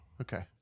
Okay